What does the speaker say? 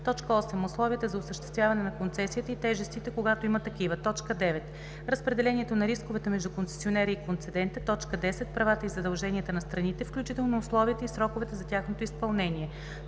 8. условията за осъществяване на концесията и тежестите, когато има такива; 9. разпределението на рисковете между концесионера и концедента; 10. правата и задълженията на страните, включително условията и сроковете за тяхното изпълнение;